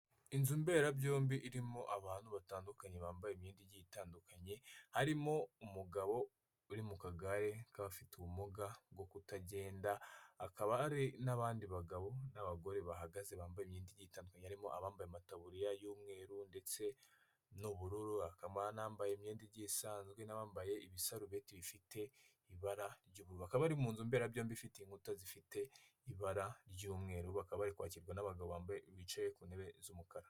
Inzu mberabyombi irimo abantu batandukanye bambaye imyenda igiye itandukanye, harimo umugabo uri mu kagare k'abafite ubumuga bwo kutagenda, akaba hari n'abandi bagabo n'abagore bahagaze bambaye imyenda igiye tandukanye, harimo abambaye amatabuririya y'umweru ndetse n'ubururuba, n'ambaye imyenda igiye isanzwe, n'abambaye ibisarubete bifite ibara ry'ubururu. Bakaba bari mu nzu mberabyombi ifite inkuta zifite ibara ry'umweru, bakaba bari kwakirwa n'abagabo bicaye ku ntebe z'umukara.